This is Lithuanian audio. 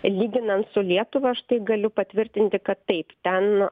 lyginant su lietuva aš tai galiu patvirtinti kad taip ten